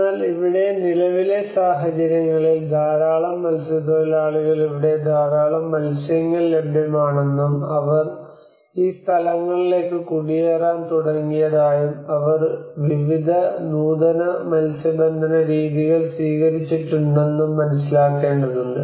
എന്നാൽ ഇവിടെ നിലവിലെ സാഹചര്യങ്ങളിൽ ധാരാളം മത്സ്യത്തൊഴിലാളികൾ ഇവിടെ ധാരാളം മത്സ്യങ്ങൾ ലഭ്യമാണെന്നും അവർ ഈ സ്ഥലങ്ങളിലേക്ക് കുടിയേറാൻ തുടങ്ങിയതായും അവർ വിവിധ നൂതന മത്സ്യബന്ധന രീതികൾ സ്വീകരിച്ചിട്ടുണ്ടെന്നും മനസ്സിലാക്കേണ്ടതുണ്ട്